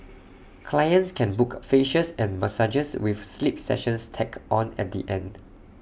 clients can book facials and massages with sleep sessions tacked on at the end